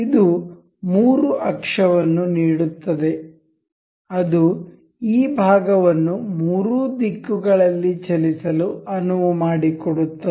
ಇದು ಮೂರು ಅಕ್ಷವನ್ನು ನೀಡುತ್ತದೆ ಅದು ಈ ಭಾಗವನ್ನು ಮೂರು ದಿಕ್ಕುಗಳಲ್ಲಿ ಚಲಿಸಲು ಅನುವು ಮಾಡಿಕೊಡುತ್ತದೆ